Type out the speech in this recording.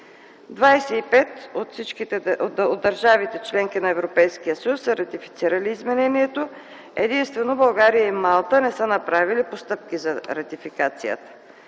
пет от държавите – членки на Европейския съюз, са ратифицирали изменението, единствено България и Малта не са направили постъпки за ратифицирането